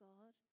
God